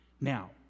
now